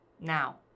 now